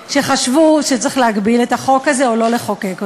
שחשבו שצריך להגביל את החוק הזה או לא לחוקק אותו.